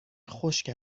خشک